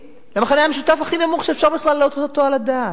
למכנה המשותף הכי נמוך שאפשר בכלל להעלות אותו על הדעת,